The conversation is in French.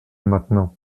maintenant